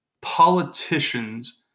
politicians